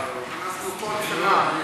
ראש הממשלה.